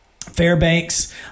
Fairbanks